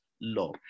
law